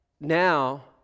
now